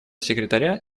секретаря